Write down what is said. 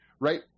right